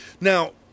Now